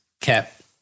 Cap